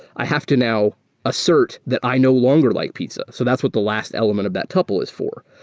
i have to now assert that i no longer like pizza. so that's what the last element of that tuple is for.